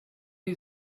you